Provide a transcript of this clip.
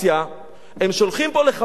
הם שולחים פה לחברי הכנסת.